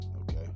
okay